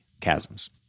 chasms